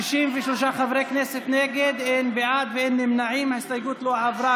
קיש ויצחק פינדרוס לפני סעיף 1 לא נתקבלה.